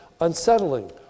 unsettling